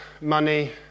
money